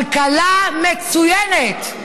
כלכלה מצוינת.